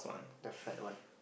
the fat one